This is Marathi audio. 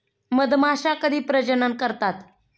मधमाश्या कधी प्रजनन करतात?